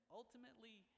ultimately